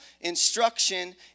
instruction